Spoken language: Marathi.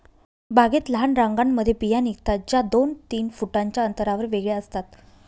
बागेत लहान रांगांमध्ये बिया निघतात, ज्या दोन तीन फुटांच्या अंतरावर वेगळ्या असतात